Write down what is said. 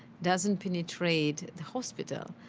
doesn't penetrate the hospital.